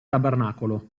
tabernacolo